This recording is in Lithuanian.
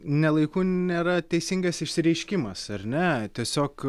ne laiku nėra teisingas išsireiškimas ar ne tiesiog